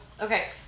okay